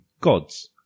Gods